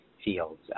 Fields